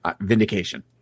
vindication